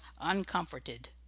uncomforted